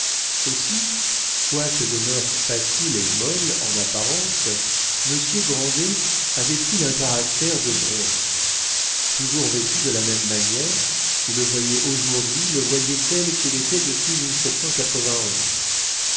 aussi quoique de mœurs faciles et molles en apparence monsieur grandet avait-il un caractère de bronze toujours vêtu de la même manière qui le voyait aujourd'hui le voyait tel qu'il était depuis